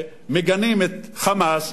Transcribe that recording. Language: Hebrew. שמגנים את "חמאס",